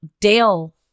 Dale